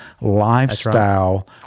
lifestyle